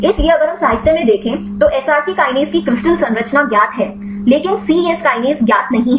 इसलिए अगर हम साहित्य में देखें तो cSrc kinase की क्रिस्टल संरचना ज्ञात है लेकिन सी यस कीनेस ज्ञात नहीं है